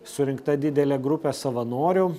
surinkta didelė grupė savanorių